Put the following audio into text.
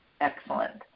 Excellent